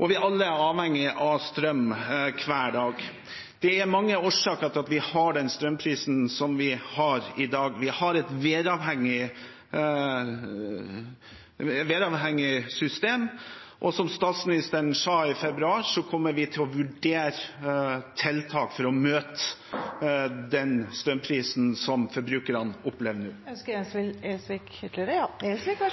og vi er alle avhengig av strøm hver dag. Det er mange årsaker til at vi har den strømprisen vi har i dag. Vi har et væravhengig system. Og som statsministeren sa i februar, kommer vi til å vurdere tiltak for å møte den strømprisen som forbrukerne opplever